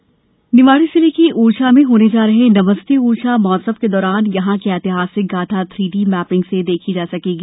नमस्ते ओरछा निवाड़ी जिले के ओरछा में होने जा रहे नमस्ते ओरछा महोत्सव के दौरान यहां की ऐतिहासिक गाथा थ्री डी मेपिंग से देखी जा सकेंगी